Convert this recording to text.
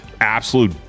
absolute